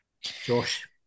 Josh